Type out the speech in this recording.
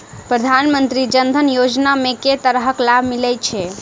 प्रधानमंत्री जनधन योजना मे केँ तरहक लाभ मिलय छै?